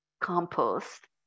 compost